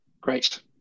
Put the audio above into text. Great